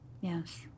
Yes